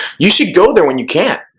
you should go there when you can.